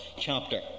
chapter